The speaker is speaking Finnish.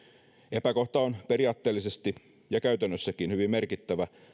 epäkohta on periaatteellisesti ja käytännössäkin hyvin merkittävä